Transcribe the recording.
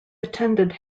attended